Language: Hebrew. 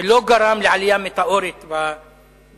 זה לא גרם לעלייה מטאורית במספרים,